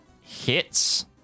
hits